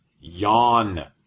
yawn